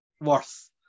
worth